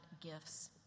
gifts